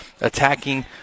attacking